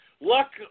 luck